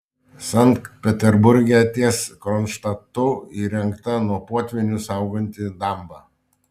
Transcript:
sankt peterburge ties kronštatu įrengta nuo potvynių sauganti damba